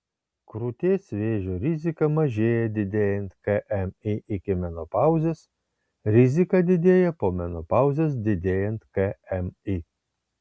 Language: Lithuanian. krūties vėžio rizika mažėja didėjant kmi iki menopauzės rizika didėja po menopauzės didėjant kmi